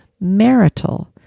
marital